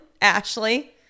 Ashley